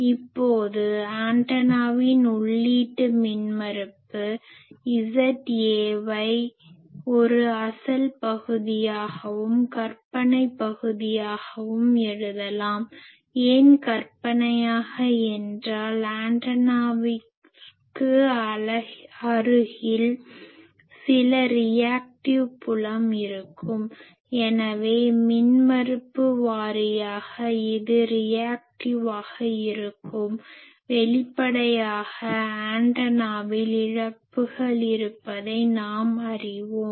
இப்போது ஆண்டனா உள்ளீட்டு மின்மறுப்பு ZAவை ஒரு அசல் பகுதியாகவும் கற்பனையான பகுதியாகவும் எழுதலாம் ஏன் கற்பனையாக என்றால் ஆண்டனாவுக்கு அருகில் சில ரியாக்டிவ் புலம் இருக்கும் எனவே மின்மறுப்பு வாரியாக இது ரியாக்டிவாக reactive எதிர்வினை இருக்கும் வெளிப்படையாக ஆண்டனாவில் இழப்புகள் இருப்பதை நாம் அறிவோம்